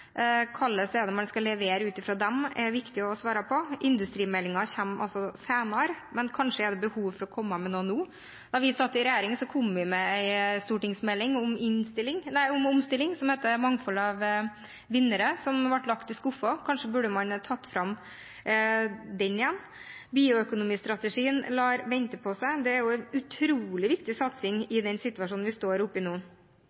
er viktig å svare på. Industrimeldingen kommer altså senere, men kanskje er det behov for å komme med noe nå. Da vi satt i regjering, kom vi med en stortingsmelding om omstilling som het Mangfold av vinnere, som ble lagt i skuffen. Kanskje burde man tatt fram den igjen. Bioøkonomistrategien lar vente på seg. Det er en utrolig viktig satsing i den situasjonen vi står oppe i nå